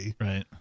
Right